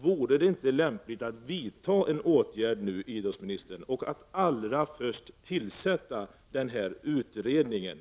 Vore det inte lämpligt, idrottsministern, att nu vidta åtgärden att allra först tillsätta denna utredning?